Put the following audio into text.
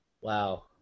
Wow